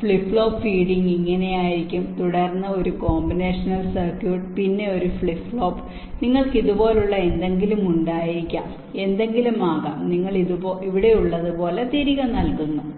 flip flop feeding ഇങ്ങനെയായിരിക്കും തുടർന്ന് ഒരു കോമ്പിനേഷണൽ സർക്യൂട്ട് പിന്നെ ഒരു ഫ്ലിപ്പ് ഫ്ലോപ്പ് നിങ്ങൾക്ക് ഇതുപോലുള്ള എന്തെങ്കിലും ഉണ്ടായിരിക്കാം എന്തെങ്കിലും ആകാം നിങ്ങൾ ഇവിടെയുള്ളതുപോലെ തിരികെ നൽകുന്നു